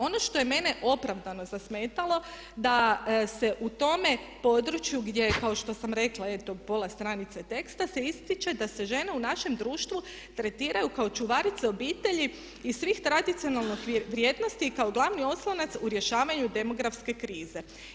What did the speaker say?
Ono što je mene opravdano zasmetalo da se u tome području gdje kao što sam rekla eto pola stranice teksta se ističe da se žene u našem društvu tretiraju kao čuvarice obitelji i svih tradicionalnih vrijednosti i kao glavni oslonac u rješavanju demografske krize.